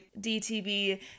DTB